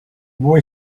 boy